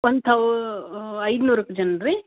one ತೌ ಐದುನೂರು ಜನ ರೀ